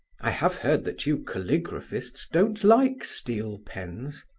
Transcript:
i have heard that you caligraphists don't like steel pens.